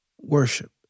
worship